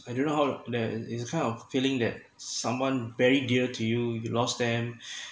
I don't know how there is a kind of feeling that someone very dear to you you lost them